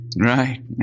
Right